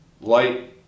Light